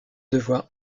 devoir